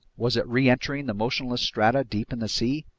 was it reentering the motionless strata deep in the sea?